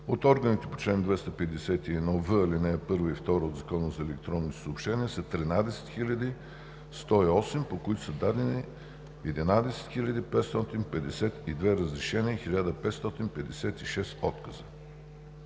от органите по чл. 251в, ал. 1 и 2 от Закона за електронните съобщения са 13 108, по които са дадени 11 552 разрешения и 1556 отказа.